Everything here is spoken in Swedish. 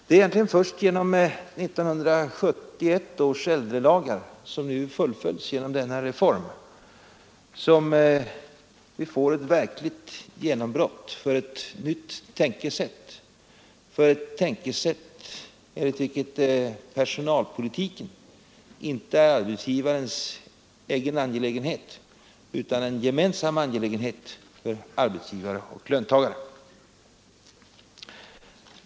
Det är egentligen först genom 1971 års äldrelagar, som nu fullföljs genom denna reform, som vi får ett verkligt genombrott för ett nytt tänkesätt, enligt vilket personalpolitiken inte är arbetsgivarens egen angelägenhet utan en gemensam angelägenhet för arbetsgivare och löntagare.